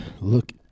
look